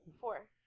Four